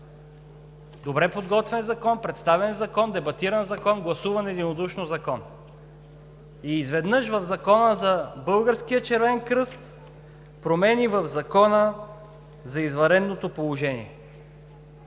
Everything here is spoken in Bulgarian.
Добре подготвен закон, представен закон, дебатиран закон, гласуван единодушно закон. И изведнъж в Закона за Българския Червен кръст промени в Закона за извънредното положение.